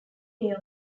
day